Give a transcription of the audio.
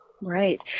Right